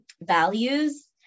values